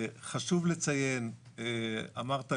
חשוב לציין אמרת,